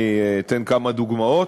אני אתן כמה דוגמאות.